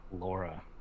Laura